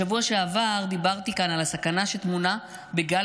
בשבוע שעבר דיברתי כאן על הסכנה שטמונה בגל